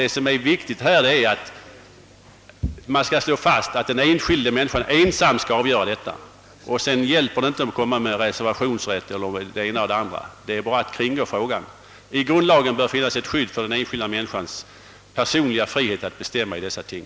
Det viktiga är att slå fast att den enskilda människan ensam skall avgöra denna fråga. Sedan hjälper det inte att tala om reservationsrätt och annat, ty det är bara att kringgå problemet. I grundlagen bör det finnas ett skydd för den enskilda människans personliga frihet att själv få bestämma rörande dessa ting.